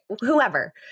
whoever